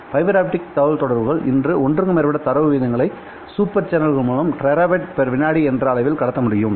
fibre optic தகவல்தொடர்புகள் இன்று ஒன்றுக்கு மேற்பட்ட தரவு விகிதங்களை சூப்பர் சேனல்கள் மூலம் ஒரு டெராபிட் வினாடி என்ற அளவில் கடத்த முடியும்